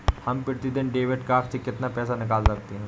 हम प्रतिदिन debit card से कितना पैसा निकाल सकते हैं?